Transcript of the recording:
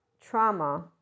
trauma